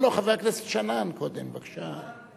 לא, חבר הכנסת שנאן קודם, בבקשה.